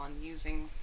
using